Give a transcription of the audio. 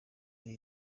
ari